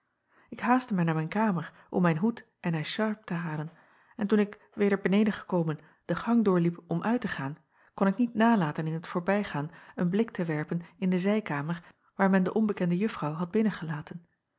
k haastte mij naar mijn kamer om mijn hoed en écharpe te halen en toen ik weder beneden gekomen de gang doorliep om uit te gaan kon ik niet nalaten in t voorbijgaan een blik te werpen in de zijkamer waar men de onbekende uffrouw had binnengelaten